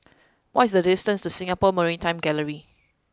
what is the distance to Singapore Maritime Gallery